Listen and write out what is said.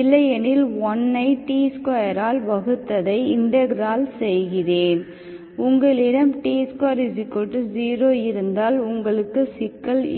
இல்லையெனில் 1 ஐ t2ஆல் வகுத்ததை இன்டெக்ரால் செய்கிறேன் உங்களிடம் t2 0இருந்தால் உங்களுக்கு சிக்கல் இருக்கும்